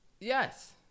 Yes